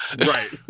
right